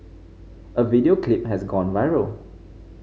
a video clip has gone viral